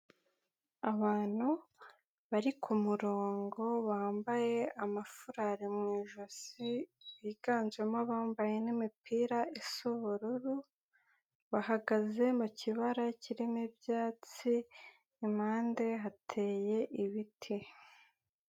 Abantu bari ku murongo bambaye amafarari mu ijosi, biganjemo abambaye n'imipira isa ubururu bahagaze mu kibara cyirimo ibyatsi, impande hateye ibiti.